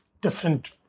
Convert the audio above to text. different